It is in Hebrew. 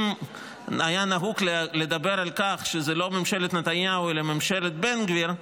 אם היה נהוג לדבר על כך שזאת לא ממשלת נתניהו אלא ממשלת בן גביר,